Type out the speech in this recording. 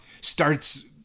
starts